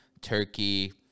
turkey